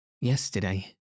Yesterday